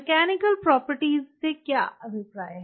mechanical properties से क्या अभिप्राय है